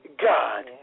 God